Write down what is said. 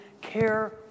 care